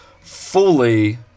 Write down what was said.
fully